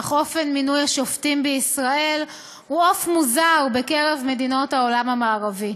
אך אופן מינוי השופטים בישראל הוא עוף מוזר בקרב מדינות העולם המערבי.